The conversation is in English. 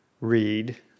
read